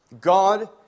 God